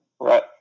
Right